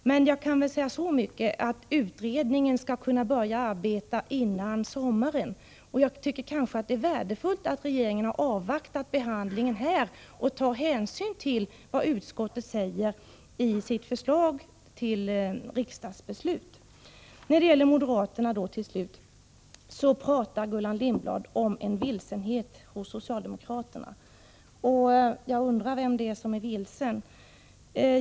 Jag kan emellertid säga så mycket som att utredningen skall kunna börja arbeta före sommaren. Jag tycker att det är värdefullt att regeringen avvaktat behandlingen här i riksdagen och att man tar hänsyn till vad utskottet säger i sitt förslag till riksdagsbeslut. Gullan Lindblad talar om en vilsenhet hos socialdemokraterna. Jag undrar vem det är som är vilsen.